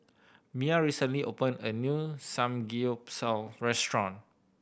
Miah recently opened a new Samgeyopsal restaurant